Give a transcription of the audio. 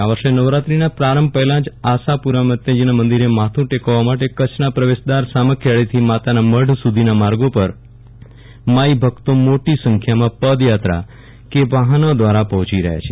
આ વર્ષે નવરાત્રીના પ્રારંભ પહેલા જ આશાપુરાજીના મંદિરે માથુ ટેકવવા માટે કચ્છના પ્રવેશદ્રાર સામખિયાળીથી માતાના મઢ સુધીના માર્ગો પર માઈભક્તો મોટી સંખ્યામાં પદયાત્રા કે વાહનો દ્રારા પહોંચી રહ્યા છે